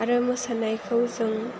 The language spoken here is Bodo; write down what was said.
आरो मोसानायखौ जों